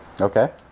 Okay